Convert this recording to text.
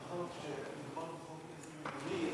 מאחר שמדובר בחוק-עזר עירוני,